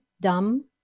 dumb